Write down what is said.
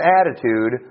attitude